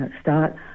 start